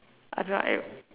I don't like